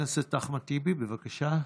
חבר הכנסת אחמד טיבי, בבקשה.